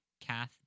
kath